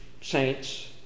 saints